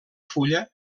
fulla